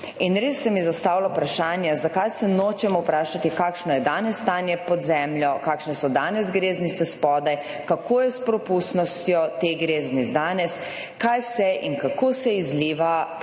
Res se mi zastavlja vprašanje, zakaj se nočemo vprašati kakšno je danes stanje pod zemljo, kakšne so danes greznice spodaj, kako je s propustnostjo te greznice danes, kaj vse in kako se izliva po teh